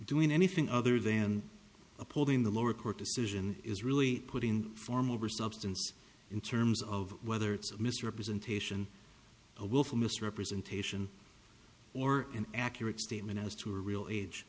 doing anything other than upholding the lower court decision is really putting form over substance in terms of whether it's a misrepresentation a willful misrepresentation or an accurate statement as to real age